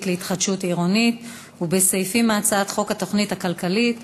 להתחדשות עירונית ובסעיפים מהצעת חוק התוכנית הכלכלית מוזמן,